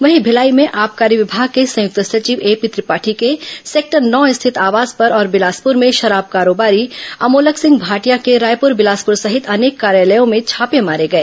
वहीं भिलाई में आबकारी विभाग के संयुक्त सचिव एपी त्रिपाठी के सेक्टर नौ स्थित आवास पर और बिलासपुर में शराब कारोबारी अमोलक सिंह भाटिया के रायपुर बिलासपुर सहित अनेक कार्यालयों में छापे मारे गए